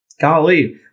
Golly